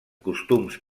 costums